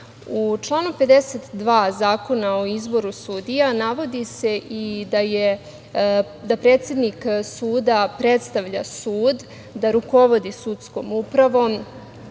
članu 52. Zakona o izboru sudija, navodi se i da predsednik suda predstavlja sud, da rukovodi sudskom upravom,